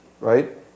right